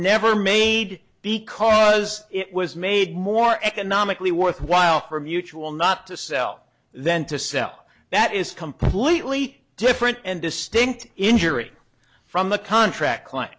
never made because it was made more economically worthwhile for mutual not to sell then to sell that is completely different and distinct injury from the contract client